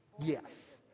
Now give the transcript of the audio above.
yes